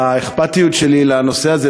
האכפתיות שלי לנושא הזה,